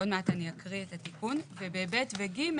ב-(ב) ו-(ג),